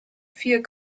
vier